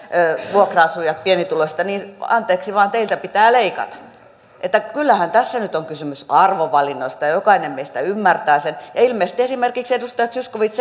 vuokra asujat pienituloiset tulevat anteeksi vain teiltä pitää leikata että kyllähän tässä nyt on kysymys arvovalinnoista ja ja jokainen meistä ymmärtää sen ilmeisesti esimerkiksi edustaja zyskowicz